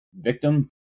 victim